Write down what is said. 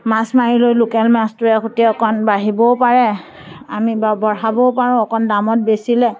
মাছ মাৰি লৈ লোকেল মাছটোৰে সৈতে অকণ বাঢ়িবও পাৰে আমি বা বঢ়াবও পাৰোঁ অকণ দামত বেছিলে